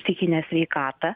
psichinę sveikatą